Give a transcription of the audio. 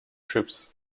troops